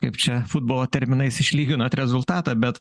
kaip čia futbolo terminais išlyginot rezultatą bet